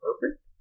perfect